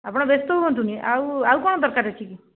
ଆପଣ ବ୍ୟସ୍ତ ହୁଅନ୍ତୁନି ଆଉ ଆଉ କଣ ଦରକାର ଅଛି କି